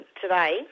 today